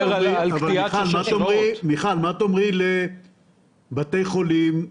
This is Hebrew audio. מה תאמרי לבתי חולים,